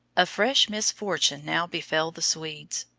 a fresh misfortune now befell the swedes.